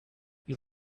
you